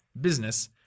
business